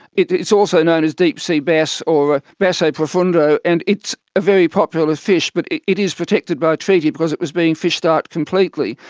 it's also known as deep sea bass or basso profondo, and it's a very popular fish but it it is protected by a treaty because it was being fished out completely.